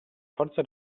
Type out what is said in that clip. forza